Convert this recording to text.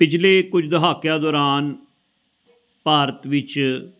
ਪਿਛਲੇ ਕੁਝ ਦਹਾਕਿਆਂ ਦੌਰਾਨ ਭਾਰਤ ਵਿੱਚ